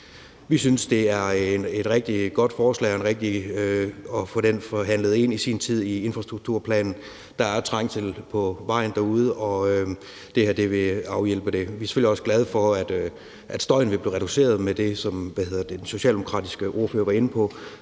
Vi synes, det er et rigtig godt forslag, og at det var rigtigt i sin tid at få den forhandlet ind i infrastrukturplanen. Der er trængsel på vejen derude, og det her vil afhjælpe det. Vi er selvfølgelig også glade for, at støjen vil blive reduceret med det, som den socialdemokratiske ordfører var inde på,